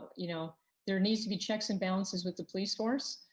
you know there needs to be checks and balances with the police force,